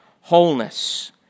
wholeness